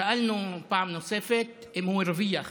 שאלנו פעם נוספת אם הוא הרוויח,